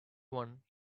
one